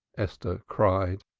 esther cried.